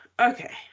Okay